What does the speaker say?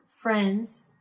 friends